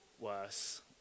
worse